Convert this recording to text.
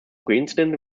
coincided